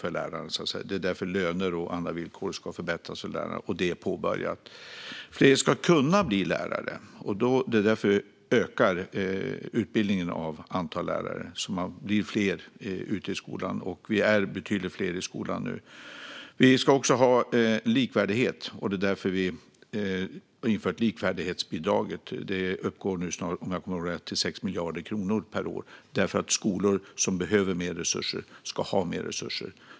Det är därför löner och andra villkor ska förbättras för lärarna, och detta är påbörjat. Fler ska kunna bli lärare, och det är därför vi ökar antalet platser på lärarutbildningen så att man blir fler ute i skolan. Man är betydligt fler i skolan nu. Vi ska också ha likvärdighet, och det är därför vi har infört likvärdighetsbidraget. Det uppgår nu, om jag kommer ihåg rätt, till 6 miljarder kronor per år. Skolor som behöver mer resurser ska ha mer resurser.